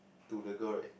to the girl right